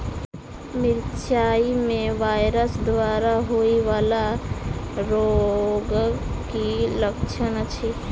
मिरचाई मे वायरस द्वारा होइ वला रोगक की लक्षण अछि?